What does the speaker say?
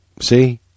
see